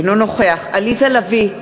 אינו נוכח עליזה לביא,